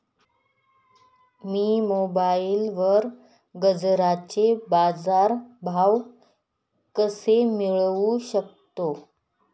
मी मोबाईलवर गाजराचे बाजार भाव कसे मिळवू शकतो?